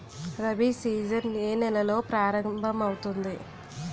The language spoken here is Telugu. రబి సీజన్ ఏ నెలలో ప్రారంభమౌతుంది?